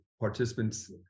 Participants